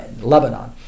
Lebanon